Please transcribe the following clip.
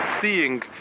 seeing